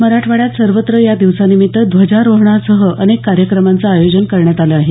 मराठवाड्यात सर्वत्र या दिवसानिमित्त ध्वजारोहणासह अनेक कार्यक्रमांचं आयोजन करण्यात आलं आहे